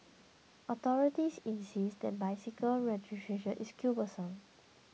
authorities insist that bicycle registration is cumbersome